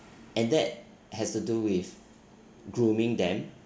and that has to do with grooming them